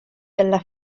della